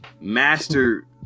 master